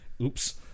Oops